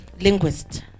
linguist